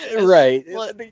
right